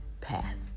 path